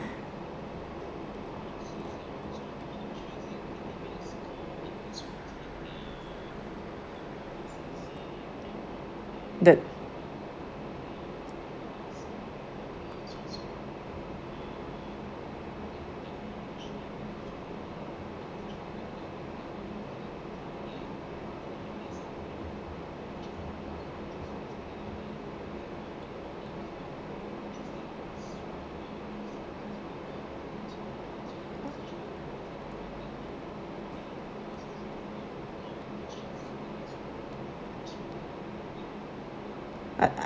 the